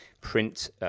Print